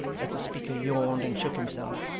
as the speaker yawned and shook himself.